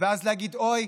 ואז להגיד: אוי,